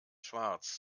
schwarz